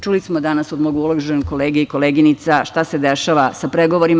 Čuli smo danas od mog uvaženog kolege i koleginica šta se dešava pregovorima.